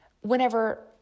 whenever